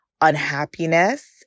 unhappiness